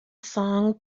song